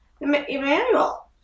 Emmanuel